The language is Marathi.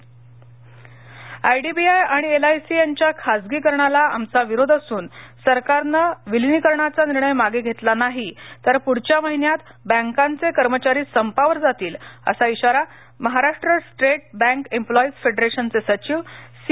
बँक कर्मचारी आयडीबीआय आणि एलआयसी यांच्या खासगीकरणाला आमचा विरोध असून सरकारनं विलिनीकरणाचा निर्णय मागे घेतला नाही तर पुढच्या महीन्यात बॅकांचे कर्मचारी संपावर जातील असा इशारा महाराष्ट्र स्टेट बॅक एम्लॉईज फेडरेशनचे सचिव सी